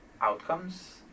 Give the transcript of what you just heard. outcomes